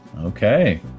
Okay